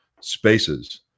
spaces